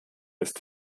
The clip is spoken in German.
ist